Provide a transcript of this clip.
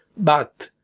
but,